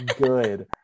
good